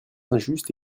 injuste